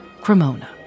Cremona